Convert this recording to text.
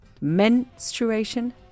Menstruation